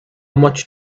much